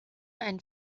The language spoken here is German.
einen